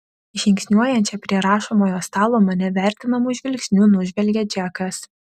žingsniuojančią prie rašomojo stalo mane vertinamu žvilgsniu nužvelgia džekas